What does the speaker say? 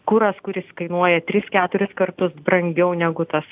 kuras kuris kainuoja tris keturis kartus brangiau negu tas